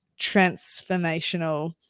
transformational